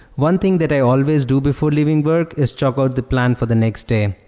one thing that i always do before leaving work is chalk out the plan for the next day.